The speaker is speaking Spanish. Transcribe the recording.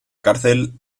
cárcel